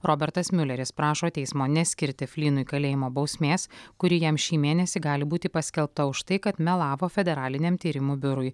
robertas miuleris prašo teismo neskirti flynui kalėjimo bausmės kuri jam šį mėnesį gali būti paskelbta už tai kad melavo federaliniam tyrimų biurui